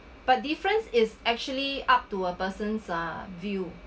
but difference is actually up to a person's ah view